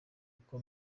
uko